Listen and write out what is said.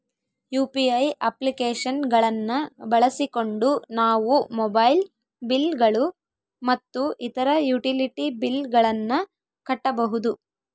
UPI application ಗಳನ್ನ ಬಳಸಿಕೊಂಡು ನಾವು ಮೊಬೈಲ್ ಬಿಲ್ ಗಳು ಮತ್ತು ಇತರ ಯುಟಿಲಿಟಿ ಬಿಲ್ ಗಳನ್ನ ಕಟ್ಟಬಹುದು